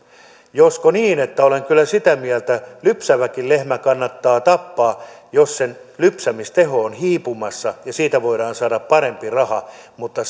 joskin niin että olen kyllä sitä mieltä että lypsäväkin lehmä kannattaa tappaa jos sen lypsämisteho on hiipumassa ja siitä voidaan saada parempi raha mutta